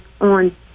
on